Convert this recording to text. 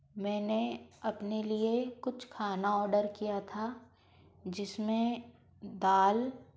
मैंने अपने लिए कुछ खाना ऑडर किया था जिसमें दाल